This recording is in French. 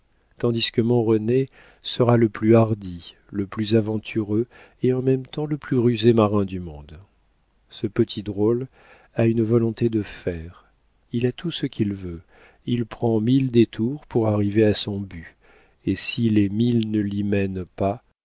tandis que mon rené sera le plus hardi le plus aventureux et en même temps le plus rusé marin du monde ce petit drôle a une volonté de fer il a tout ce qu'il veut il prend mille détours pour arriver à son but et si les mille ne l'y mènent pas